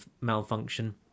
malfunction